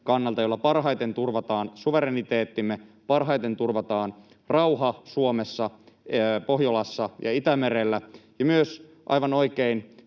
joilla parhaiten turvataan suvereniteettimme, parhaiten turvataan rauha Suomessa, Pohjolassa ja Itämerellä. Ja myös aivan oikein,